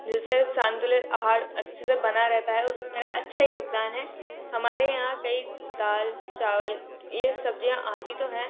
जैसे संतुलित आहार अच्छे से बना रहता है उसमे मेरा अच्छा योगदान है हमारे यहाँ कई दाल चावल यह सब्ज़ियाँ आती तो हैं